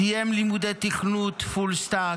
סיים לימודי תכנות Full Stack,